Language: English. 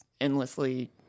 endlessly